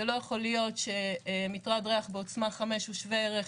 לא יכול להיות שמטרד ריח בעוצמה 5 מקומפוסט